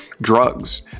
drugs